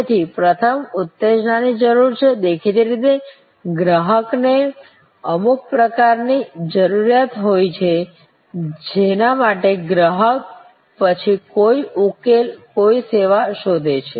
તેથી પ્રથમ ઉત્તેજનાની જરૂર છે દેખીતી રીતે ગ્રાહકને અમુક પ્રકારની જરૂરિયાત હોય છે જેના માટે ગ્રાહક પછી કોઈ ઉકેલ કોઈ સેવા શોધે છે